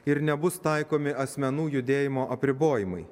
ir nebus taikomi asmenų judėjimo apribojimai